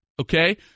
okay